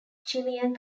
chilean